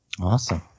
awesome